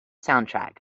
soundtrack